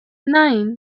nine